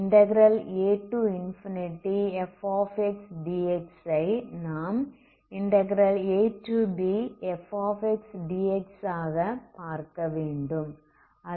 afdx ஐ நாம்abfdx ஆக பார்க்க வேண்டும்